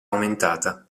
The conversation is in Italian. aumentata